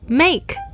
make